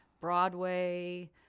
Broadway